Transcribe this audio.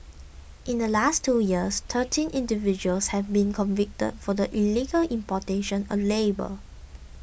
in the last two years thirteen individuals have been convicted for the illegal importation of labour